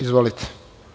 Izvolite.